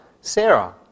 Sarah